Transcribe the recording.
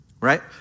right